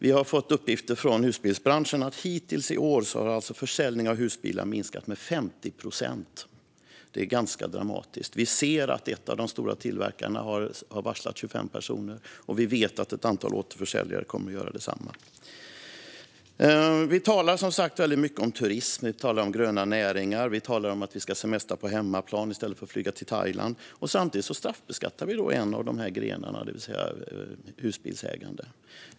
Vi har fått uppgifter från husbilsbranschen om att årets försäljning av husbilar hittills har minskat med 50 procent. Det är ganska dramatiskt. En av de stora tillverkarna har varslat 25 personer, och ett antal återförsäljare kommer också att varsla. Vi talar mycket om turism och gröna näringar och om att semestra på hemmaplan i stället för att flyga till Thailand. Samtidigt straffbeskattas en av dessa grenar, det vill säga husbilsägandet.